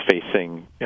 facing